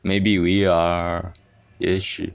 maybe we are issued